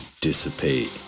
dissipate